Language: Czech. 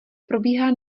probíhá